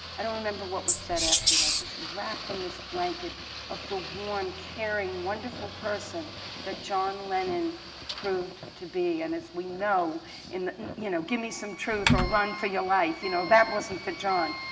i don't remember what was said after that just wrapped in this blanket of warm, caring, wonderful person that john lennon proved to be. and as we know in you know give me some truth or run for your life, you know that wasn't the john.